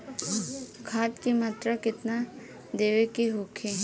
खाध के मात्रा केतना देवे के होखे?